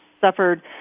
suffered